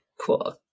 Cool